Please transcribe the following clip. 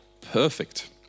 Perfect